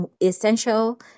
essential